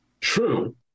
True